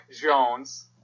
Jones